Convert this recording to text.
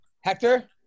Hector